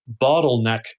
bottleneck